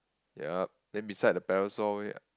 yup then beside the parasol wait